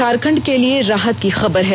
झारखंड के लिए राहत की खबर है